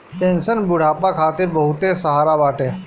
pension बुढ़ापा खातिर बहुते सहारा बाटे